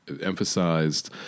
Emphasized